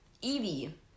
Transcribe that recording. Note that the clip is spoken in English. Evie